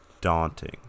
daunting